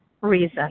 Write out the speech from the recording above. reason